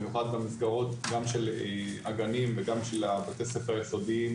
במיוחד במסגרות גם של הגנים וגם של בתי הספר היסודיים,